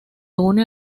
une